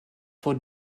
vor